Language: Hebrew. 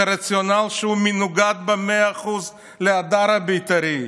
זה רציונל שמנוגד במאה אחוז להדר הבית"רי.